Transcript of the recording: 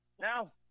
Now –